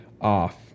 off